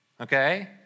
Okay